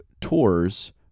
tours